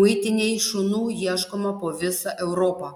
muitinei šunų ieškoma po visą europą